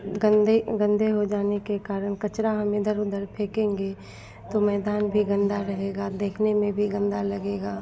गंदे गंदे हो जाने के कारण कचरा हम इधर उधर फेकेंगे तो मैदान भी गंदा रहेगा देखने में भी गन्दा लगेगा